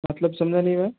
मतलब समझा नहीं मैं